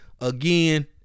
again